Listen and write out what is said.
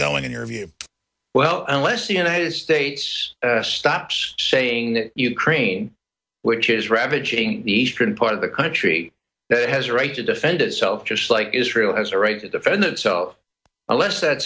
going in your view well unless the united states stops saying ukraine which is ravaging the eastern part of the country that has a right to defend itself just like israel has a right to defend it so unless that